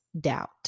doubt